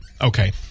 Okay